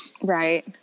Right